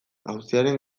auziaren